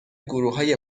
گروههای